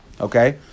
Okay